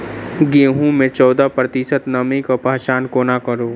गेंहूँ मे चौदह प्रतिशत नमी केँ पहचान कोना करू?